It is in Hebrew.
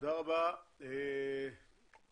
תודה רבה, יוסי.